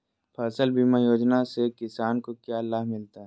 फसल बीमा योजना से किसान को क्या लाभ मिलता है?